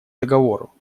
договору